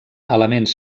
elements